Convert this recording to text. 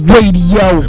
Radio